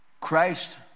Christ